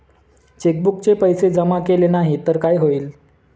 चेकबुकचे पैसे जमा केले नाही तर काय होईल?